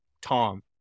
Tom